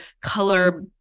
color